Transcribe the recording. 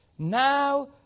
Now